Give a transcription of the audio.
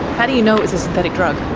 how do you know it's a synthetic drug?